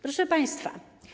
Proszę Państwa!